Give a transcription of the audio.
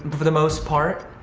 but for the most part.